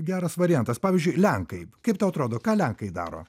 geras variantas pavyzdžiui lenkai kaip tau atrodo ką lenkai daro